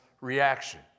reaction